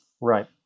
Right